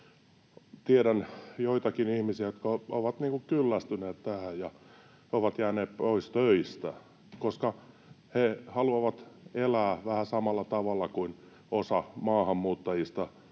Tiedän joitakin ihmisiä, jotka ovat kyllästyneet tähän ja ovat jääneet pois töistä, koska he haluavat elää vähän samalla tavalla kuin osa maahan muuttaneista